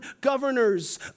governors